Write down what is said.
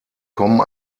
kommen